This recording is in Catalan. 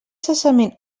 cessament